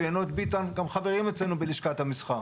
"יינות ביתן" גם חברות אצלנו בלשכת המסחר.